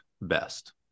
best